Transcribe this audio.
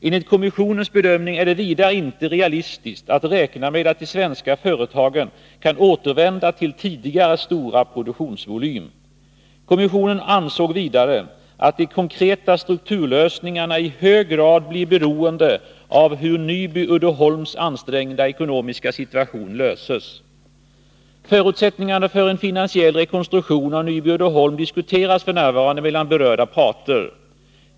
Enligt kommissionens bedömning är det vidare inte realistiskt att räkna med att de svenska företagen kan återvända till tidigare stora produktionsvolym. Kommissionen ansåg vidare att de konkreta strukturlösningarna i hög grad blir beroende av hur Nyby Uddeholm AB:s ansträngda ekonomiska situation löses. Förutsättningarna för en finansiell rekonstruktion av Nyby Uddeholm diskuteras f. n. mellan berörda parter.